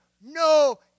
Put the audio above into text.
no